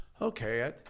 okay